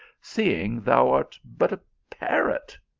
seeing thou art but a parrot!